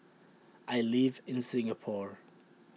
I live in Singapore